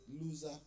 loser